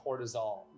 cortisol